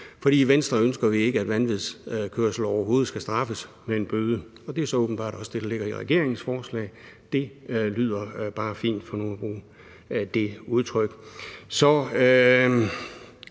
i Venstre ønsker vi ikke, at vanvidskørsel overhovedet skal straffes med en bøde. Det er så åbenbart også det, der ligger i regeringens forslag. Det lyder bare fint for nu at bruge det udtryk.